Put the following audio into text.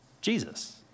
Jesus